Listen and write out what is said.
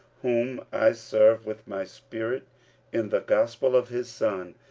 whom i serve with my spirit in the gospel of his son,